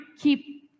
keep